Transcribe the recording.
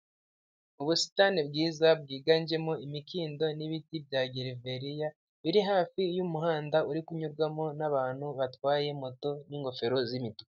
Ubusitani bwiza bwiganjemo imikindo n'ibiti bya geleveriya, biri hafi y'umuhanda uri kunyurwamo n'abantu batwaye moto n'ingofero z'imituku.